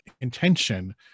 intention